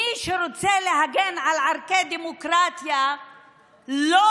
מי שרוצה להגן על ערכי הדמוקרטיה לא